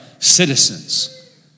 citizens